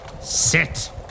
Sit